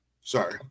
sorry